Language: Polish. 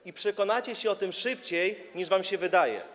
I przekonacie się o tym szybciej, niż wam się wydaje.